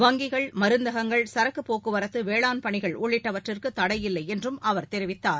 வங்கிகள் மருந்தகங்கள் சரக்குப் போக்குவரத்து வேளாண் பணிகள் உள்ளிட்டவற்றுக்கு தடையில்லை என்றும் அவர் தெரிவித்தார்